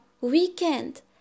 weekend